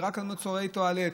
ורק על מוצרי טואלט.